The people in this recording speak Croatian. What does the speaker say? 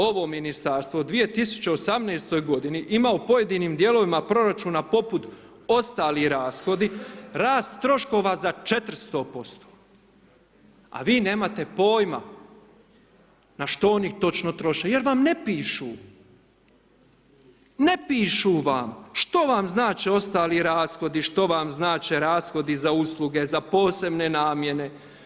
Ovo ministarstvo u 2018. godini ima u pojedinim dijelovima proračuna poput ostali rashodi rast troškova za 400% a vi nemate pojma na što oni to točno troše jer vam ne pišu, ne pišu vam što vam znače ostali rashodi, što vam znače rashodi za usluge, za posebne namjene.